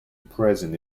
present